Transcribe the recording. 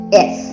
Yes